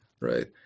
right